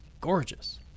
gorgeous